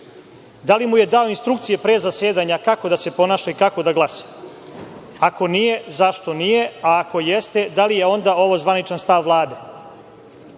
Da li mu je dao instrukcije pre zasedanja kako da se ponaša i kako da glasa? Ako nije, zašto nije, a ako jeste, da li je onda ovo zvaničan stav Vlade?